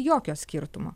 jokio skirtumo